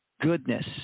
goodness